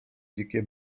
dzikie